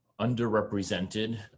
underrepresented